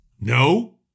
No